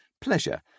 pleasure